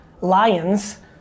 Lions